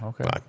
okay